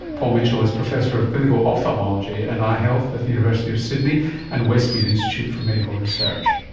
paul mitchell is professor of clinical ophthalmology and eye health at the university of sydney and westmead institute for medical research